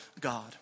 God